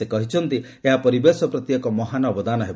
ସେ କହିଛନ୍ତି ଏହା ପରିବେଶ ପ୍ରତି ଏକ ମହାନ୍ ଅବଦାନ ହେବ